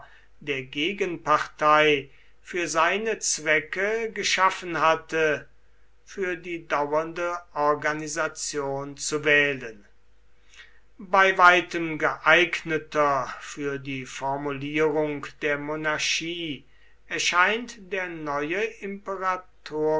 der gegenpartei für seine zwecke geschaffen hatte für die dauernde organisation zu wählen bei weitem geeigneter für die formulierung der monarchie erscheint der neue